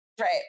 Right